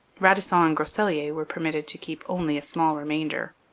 radisson and groseilliers were permitted to keep only a small remainder.